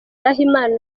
nahimana